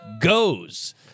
goes